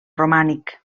romànic